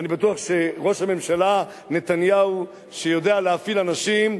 אני בטוח שראש הממשלה נתניהו, שיודע להפעיל אנשים,